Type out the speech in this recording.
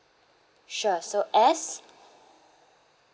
sure so S